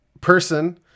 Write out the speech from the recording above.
person